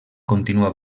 continua